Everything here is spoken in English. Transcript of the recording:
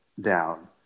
down